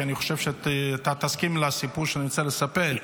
כי אני חושב שאתה תסכים לסיפור שאני רוצה לספר.